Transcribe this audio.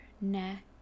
neck